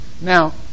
Now